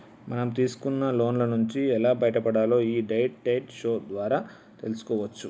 మనం తీసుకున్న లోన్ల నుంచి ఎలా బయటపడాలో యీ డెట్ డైట్ షో ద్వారా తెల్సుకోవచ్చు